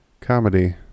comedy